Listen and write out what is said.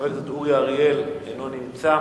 חבר הכנסת אורי אריאל, אינו נמצא.